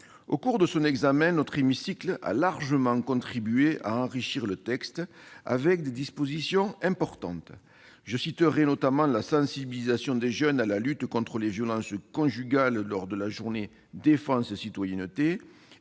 Au cours de son examen, notre assemblée a largement contribué à enrichir le texte, avec des dispositions importantes. Je citerai notamment la sensibilisation des jeunes à la lutte contre les violences conjugales lors de la journée défense et citoyenneté et